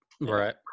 Right